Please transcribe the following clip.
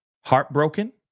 heartbroken